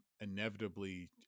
inevitably